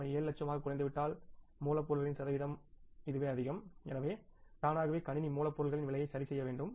அவை 7 லட்சமாகக் குறைந்துவிட்டால் மூலப்பொருளின் சதவீதம் இதுவே அதிகம் எனவே தானாகவே கணினி மூலப்பொருளின் விலையை சரிசெய்ய வேண்டும்